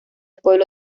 pueblo